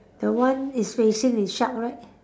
the one is facing the shark right